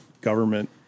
government